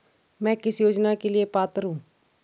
मैं किस योजना के लिए पात्र हूँ?